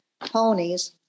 ponies